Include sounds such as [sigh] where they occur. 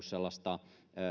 [unintelligible] sellaista